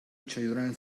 children